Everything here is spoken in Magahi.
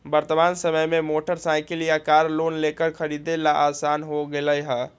वर्तमान समय में मोटर साईकिल या कार लोन लेकर खरीदे ला आसान हो गयले है